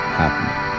happening